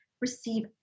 receive